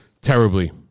terribly